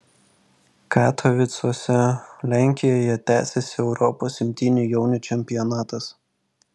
katovicuose lenkijoje tęsiasi europos imtynių jaunių čempionatas